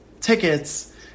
tickets